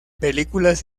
películas